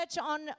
on